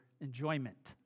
enjoyment